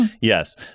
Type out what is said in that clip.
Yes